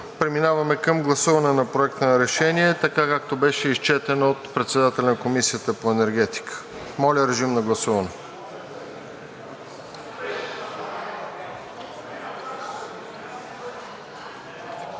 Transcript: Преминаваме към гласуване на Проекта на решението, така както беше изчетено от председателя на Комисията по енергетика. Гласували